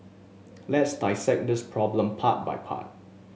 let's dissect this problem part by part